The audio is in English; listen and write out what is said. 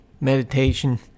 meditation